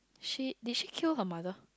she did she kill her mother